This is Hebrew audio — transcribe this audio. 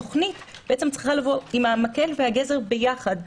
התוכנית צריכה לבוא עם המקל והגזר ביחד,